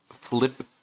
flip